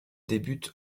débute